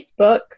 Facebook